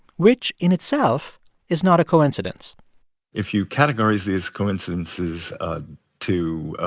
which in itself is not a coincidence if you categorize these coincidences to,